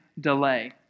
delay